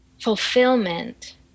fulfillment